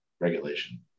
regulation